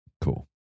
Cool